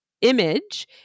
image